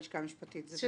הלשכה המשפטית,